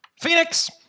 Phoenix